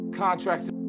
Contracts